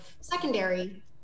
secondary